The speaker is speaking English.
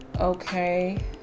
Okay